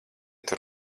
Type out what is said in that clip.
tur